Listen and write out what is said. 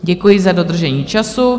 Děkuji za dodržení času.